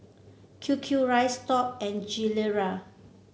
Q Q rice Top and Gilera